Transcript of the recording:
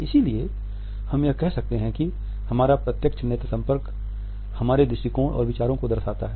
इसलिए हम यह कह सकते हैं कि हमारा प्रत्यक्ष नेत्र संपर्क हमारे दृष्टिकोण और विचारों को दर्शाता है